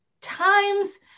Times